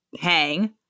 hang